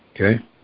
Okay